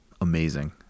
amazing